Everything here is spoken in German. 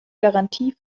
garantie